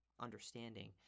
understanding